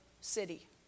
city